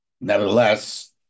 Nevertheless